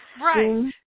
right